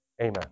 amen